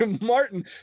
Martin